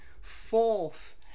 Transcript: fourth